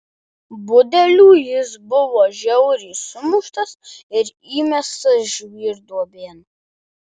budelių jis buvo žiauriai sumuštas ir įmestas žvyrduobėn